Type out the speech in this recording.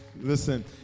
Listen